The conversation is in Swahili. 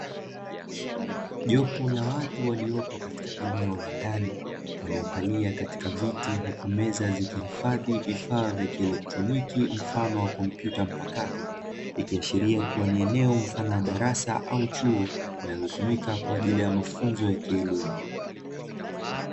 Jopo la watu waliopo katika eneo la ndani, waliokalia katika viti na meza zikihifadhi vifaa vya kielektroniki mfano wa kompyuta mpakato. Ikiashiria kuwa ni eneo kama la darasa au chuo, linalotumika kwa ajili ya mafunzo ya kielimu.